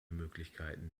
möglichkeiten